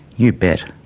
you bet.